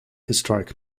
historic